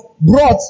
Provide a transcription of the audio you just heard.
brought